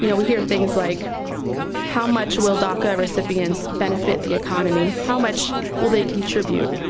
you know we hear things like how much will daca recipients benefit the economy? how much will they contribute?